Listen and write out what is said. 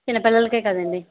చిన్న పిల్లలకే కదండీ